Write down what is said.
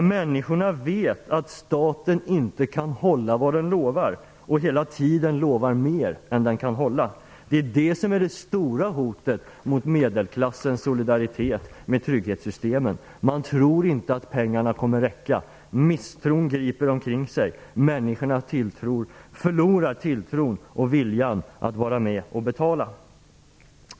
Människorna vet att staten inte kan hålla vad den lovar. Staten lovar hela tiden mer än vad den kan hålla. Detta är det stora hotet mot medelklassens solidaritet med trygghetssystemen. Man tror inte att pengarna kommer att räcka. Misstron griper omkring sig. Människorna förlorar tilltron och viljan att vara med och betala.